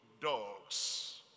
dogs